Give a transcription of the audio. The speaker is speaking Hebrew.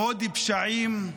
עוד פשעים,